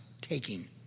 taking